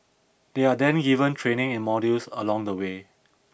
they are then given training in modules along the way